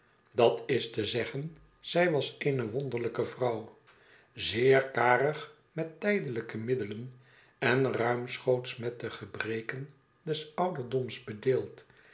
dat is te zeggen zij was eene wonderlijke vrouw zeer karig met tijdelijke middelen en ruimschoots met de gebrekendes ouderdoms bedeeld